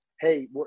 hey